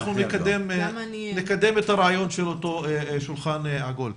אנחנו נקדם את הבעיות שנותרו בשולחן העגול.